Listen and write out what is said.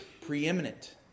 preeminent